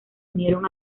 unieron